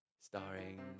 Starring